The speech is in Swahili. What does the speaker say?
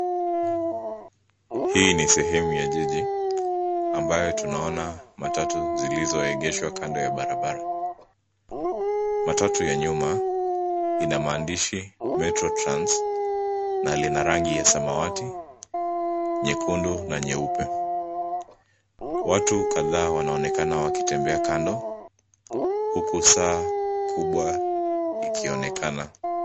Ni sehemu ya jiji ambayo tunaona matatu zilizoegeshwa kando ya barabara . Matatu ya nyuma, ina maandishi Metro Trans na Lina rangi ya samawati, nyekundu na nyeupe. watu kadhaa wanaonekana wakitembea kando huku saa kubwa ikionekana.